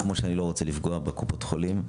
כמו שאני לא רוצה לפגוע בקופות החולים,